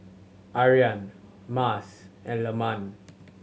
Aryan Mas and Leman